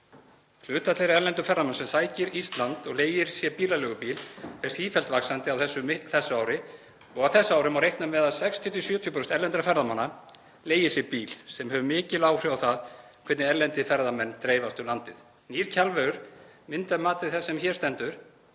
Hlutfall þeirra erlendu ferðamanna sem sækja Ísland og leigja sér bílaleigubíl fer sífellt vaxandi. Á þessu ári má reikna með að 60–70% erlendra ferðamanna leigi sér bíl sem hefur mikil áhrif á það hvernig erlendir ferðamenn dreifast um landið. Nýr Kjalvegur myndi að mati þess sem hér stendur